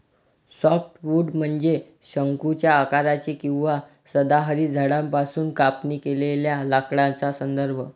softwood म्हणजे शंकूच्या आकाराचे किंवा सदाहरित झाडांपासून कापणी केलेल्या लाकडाचा संदर्भ